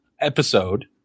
episode